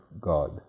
God